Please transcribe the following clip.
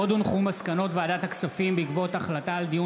עוד הונחו מסקנות ועדת הכספים בעקבות דיון